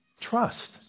Trust